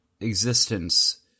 existence